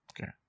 Okay